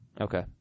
Okay